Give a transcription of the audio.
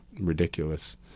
ridiculous